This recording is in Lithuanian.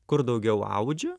kur daugiau audžia